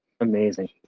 Amazing